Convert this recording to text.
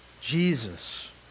Jesus